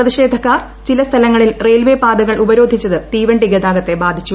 പ്രതിഷേധക്കാർ ചില സ്ഥലങ്ങളിൽ റെയിൽവേ പാതകൾ ഉപരോധിച്ചത് തീവണ്ടി ഗതാഗത്തെ ബാധിച്ചു